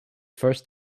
first